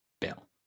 bill